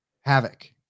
havoc